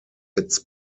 its